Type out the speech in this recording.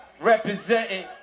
Representing